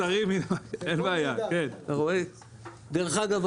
דרך אגב,